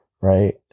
Right